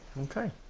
Okay